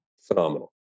phenomenal